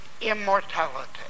immortality